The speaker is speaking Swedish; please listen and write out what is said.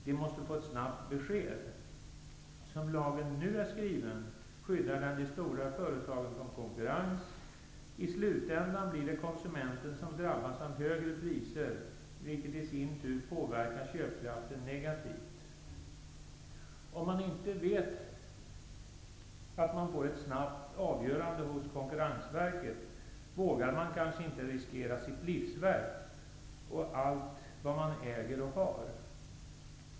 De måste få ett snabbt besked. Som lagen nu är skriven skyddar den de stora företagen från konkurrens. I slutändan blir det konsumenten som drabbas av högre priser, vilket i sin tur påverkar köpkraften negativt. Om man inte vet att man får ett snabbt avgörande hos Konkurrensverket vågar man kanske inte riskera sitt livsverk och allt vad man äger och har.